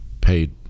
paid